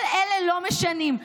כל אלה לא משנים.